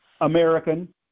American